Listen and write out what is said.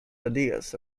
ideas